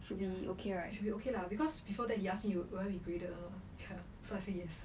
ya should be okay lah because before that he ask me will I will I be graded or not ya so I say yes